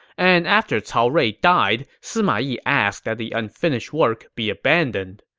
and after cao rui died, sima yi asked that the unfinished work be abandoned.